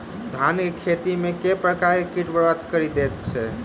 धान केँ खेती मे केँ प्रकार केँ कीट बरबाद कड़ी दैत अछि?